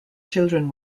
children